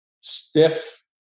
stiff